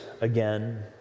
again